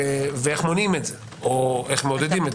ואיך מונעים את זה או איך מעודדים את זה.